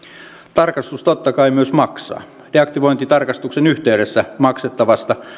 tarkastus totta kai myös maksaa deaktivointitarkastuksen yhteydessä maksettavasta